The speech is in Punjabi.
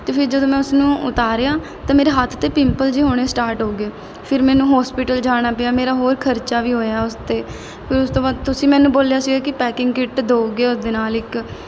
ਅਤੇ ਫਿਰ ਜਦੋਂ ਮੈਂ ਉਸਨੂੰ ਉਤਾਰਿਆ ਤਾਂ ਮੇਰੇ ਹੱਥ 'ਤੇ ਪਿੰਪਲ ਜਿਹੇ ਹੋਣੇ ਸਟਾਰਟ ਹੋ ਗਏ ਫਿਰ ਮੈਨੂੰ ਹੋਸਪਿਟਲ ਜਾਣਾ ਪਿਆ ਮੇਰਾ ਹੋਰ ਖਰਚਾ ਵੀ ਹੋਇਆ ਉਸ 'ਤੇ ਉਸ ਤੋਂ ਬਾਅਦ ਤੁਸੀਂ ਮੈਨੂੰ ਬੋਲਿਆ ਸੀਗਾ ਕਿ ਪੈਕਿੰਗ ਕਿੱਟ ਦੋਗੇ ਉਹ ਦੇ ਨਾਲ ਇੱਕ